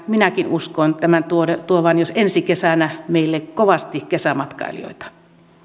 minäkin uskon tämän ennen kaikkea tuovan jo ensi kesänä meille kovasti kesämatkailijoita